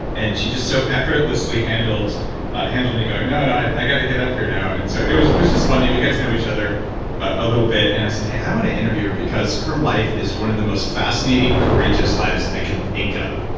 and she just so effortlessly handled handled me going, no, and no i got to get up here now. and so it was it was just funny, we got to know each other a little bit and i said, hey, i want to interview her, because her life is one of the most fascinating courageous lives i could think of.